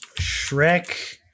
Shrek